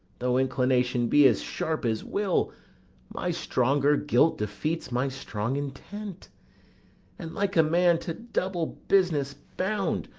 though inclination be as sharp as will my stronger guilt defeats my strong intent and, like a man to double business bound,